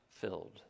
filled